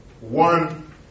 One